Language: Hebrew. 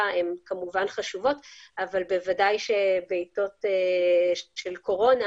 הן כמובן חשובות אבל בוודאי שבעתות של קורונה,